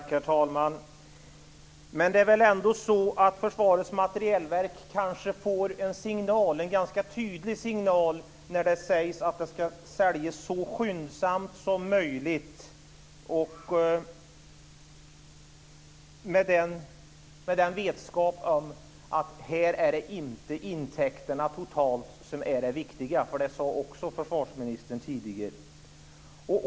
Herr talman! Men Försvarets materielverk kanske får en ganska tydligt signal - när man säger att det ska säljas så skyndsamt som möjligt - om att det inte är de totala intäkterna som är det viktiga, vilket också försvarsministern sade tidigare.